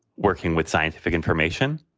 working with scientific information,